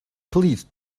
please